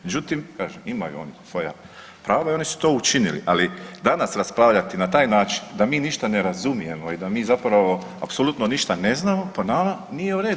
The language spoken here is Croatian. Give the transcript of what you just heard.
Međutim, imaju oni svoja prava i oni su to učinili, ali danas raspravljati na taj način da mi ništa ne razumijemo i da mi zapravo apsolutno ništa ne znamo, po nama nije u redu.